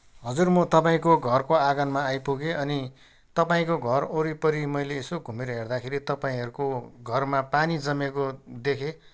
हजुर म तपाईँको घरको आँगनमा आइपुगेँ अनि तपाईँको घर ओरिपरि मैले यसो हेर्दाखेरि तपाईँहरूको घरमा पानी जमेको देखेँ